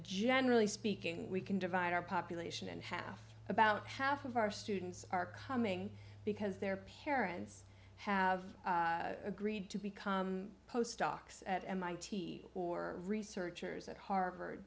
generally speaking we can divide our population in half about half of our students are coming because their parents have agreed to become postdocs at mit who are researchers at harvard